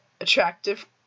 attractive